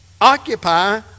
Occupy